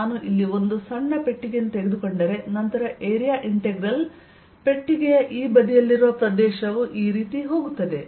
ನಾನು ಇಲ್ಲಿ ಒಂದು ಸಣ್ಣ ಪೆಟ್ಟಿಗೆಯನ್ನು ತೆಗೆದುಕೊಂಡರೆ ನಂತರ ಏರಿಯಾ ಇಂಟೆಗ್ರಲ್ ಪೆಟ್ಟಿಗೆಯ ಈ ಬದಿಯಲ್ಲಿರುವ ಪ್ರದೇಶವು ಈ ರೀತಿ ಹೋಗುತ್ತದೆ